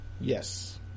Yes